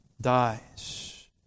dies